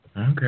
Okay